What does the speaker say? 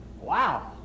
Wow